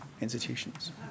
institutions